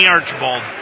Archibald